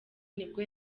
nibwo